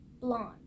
blonde